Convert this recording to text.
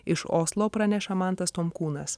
iš oslo praneša mantas tomkūnas